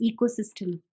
ecosystem